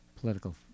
political